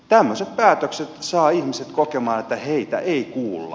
tämmöiset päätökset saavat ihmiset kokemaan että heitä ei kuulla